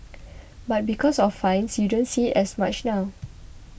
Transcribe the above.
but because of fines you don't see it as much now